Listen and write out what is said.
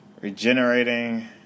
regenerating